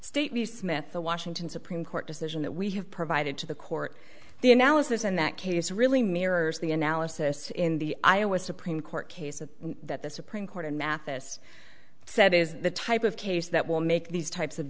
state smith the washington supreme court decision that we have provided to the court the analysis in that case really mirrors the analysis in the iowa supreme court cases that the supreme court in mathis said is the type of case that will make these types of